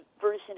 version